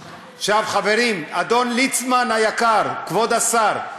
עכשיו, חברים, אדון ליצמן היקר, כבוד השר,